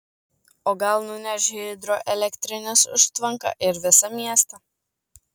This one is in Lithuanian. o gal nuneš hidroelektrinės užtvanką ir visą miestą